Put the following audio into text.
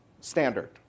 standard